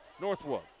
Northwood